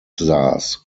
saß